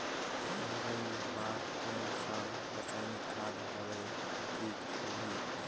मुरई बार कोन सा रसायनिक खाद हवे ठीक होही?